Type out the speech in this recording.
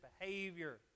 behavior